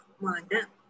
mana